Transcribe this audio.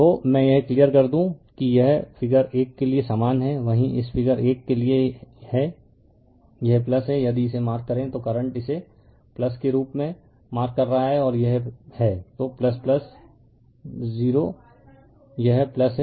तो मैं यह क्लियर कर दूं कि यह फिगर 1 के लिए समान है वही इस फिगर 1 के लिए है यह है यदि इसे मार्क करें तो करंट इसे के रूप में मार्क कर रहा है और यह है तो o यह है